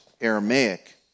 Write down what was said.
Aramaic